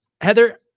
Heather